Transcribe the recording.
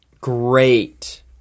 Great